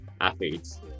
athletes